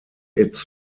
its